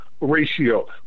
Ratio